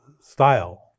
style